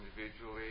individually